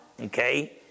okay